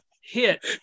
hit